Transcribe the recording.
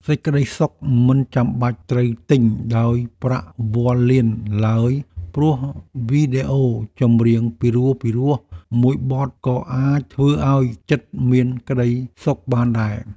សេចក្តីសុខមិនចាំបាច់ត្រូវទិញដោយប្រាក់វាល់លានឡើយព្រោះវីដេអូចម្រៀងពីរោះៗមួយបទក៏អាចធ្វើឱ្យចិត្តមានក្ដីសុខបានដែរ។